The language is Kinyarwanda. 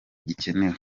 gikenewe